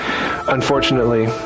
Unfortunately